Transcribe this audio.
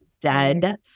dead